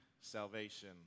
salvation